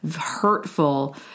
hurtful